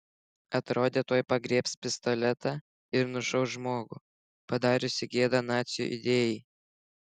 atrodė tuoj pagriebs pistoletą ir nušaus žmogų padariusį gėdą nacių idėjai